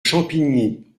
champigny